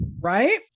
Right